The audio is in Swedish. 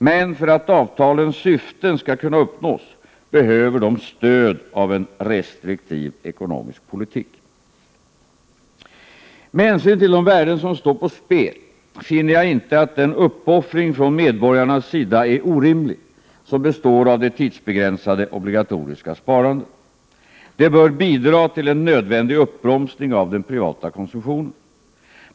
Men för att avtalens syften skall kunna uppnås behöver de stöd av en restriktiv ekonomisk politik. 51 Med hänsyn till de värden som står på spel finner jag inte att den uppoffring från medborgarnas sida är orimlig som består av det tidsbegränsade obligatoriska sparandet. Det bör bidra till en nödvändig uppbromsning av den privata konsumtionen.